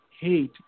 hate